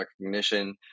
recognition